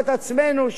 אז אני אודה לך,